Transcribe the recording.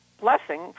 blessing